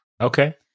Okay